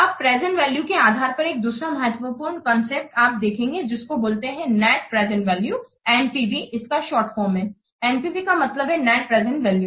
अब present value के आधार पर एक दूसरा महत्वपूर्ण कांसेप्ट आप देखेंगे जिसको बोलते हैं नेट प्रेजेंट वैल्यू NPV इसका शार्ट फॉर्म है NPV NPV का मतलब है नेट प्रेजेंट वैल्यू